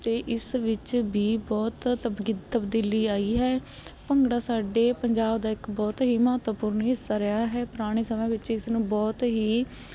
ਅਤੇ ਇਸ ਵਿੱਚ ਵੀ ਬਹੁਤ ਤਬਗੀ ਤਬਦੀਲੀ ਆਈ ਹੈ ਭੰਗੜਾ ਸਾਡੇ ਪੰਜਾਬ ਦਾ ਇੱਕ ਬਹੁਤ ਹੀ ਮਹੱਤਵਪੂਰਨ ਹਿੱਸਾ ਰਿਹਾ ਹੈ ਪੁਰਾਣੇ ਸਮੇਂ ਵਿੱਚ ਇਸ ਨੂੰ ਬਹੁਤ ਹੀ